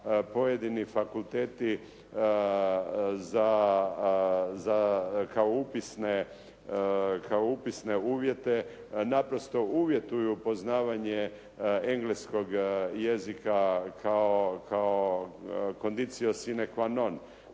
pojedini fakulteti kao upisne uvijete naprosto uvjetuju poznavanje engleskog jezika kako "condicio sine qua non"